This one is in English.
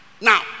now